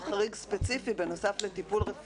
חוק ומשפט, זה מצדיק שם חריג ספציפי בנוסף לטיפול רפואי,